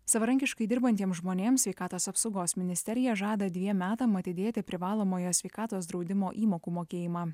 savarankiškai dirbantiems žmonėms sveikatos apsaugos ministerija žada dviem metam atidėti privalomojo sveikatos draudimo įmokų mokėjimą